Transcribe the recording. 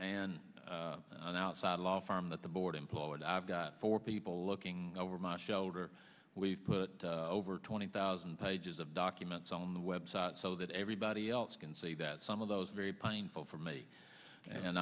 and an outside law firm that the board employed i've got four people looking over my shoulder we've put over twenty thousand pages of documents on the website so and everybody else can see that some of those very painful for me and